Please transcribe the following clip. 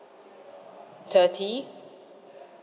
thirty